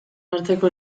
arteko